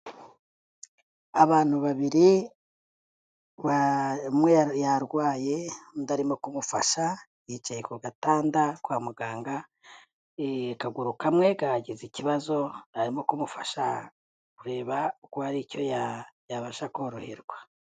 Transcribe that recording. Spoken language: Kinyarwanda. Abantu babiri, umwe yarwaye, undi arimo kumufasha, yicaye ku gatanda kwa muganga, akaguru kamwe kagize ikibazo, arimo kumufasha kureba ko hari icyo yabasha koroherwa.